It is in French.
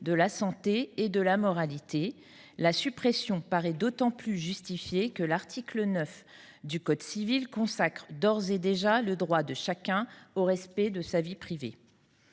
de sa santé et de sa moralité. Cette suppression paraît d’autant plus justifiée que l’article 9 du code civil consacre d’ores et déjà le droit de chacun au respect de sa vie privée.